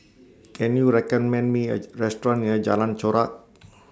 Can YOU recommend Me A Restaurant near Jalan Chorak